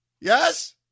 Yes